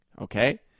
Okay